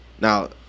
Now